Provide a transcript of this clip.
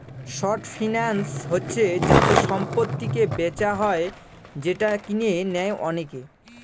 short finance হচ্ছে যাতে সম্পত্তিকে বেচা হয় যেটা কিনে নেয় অনেকে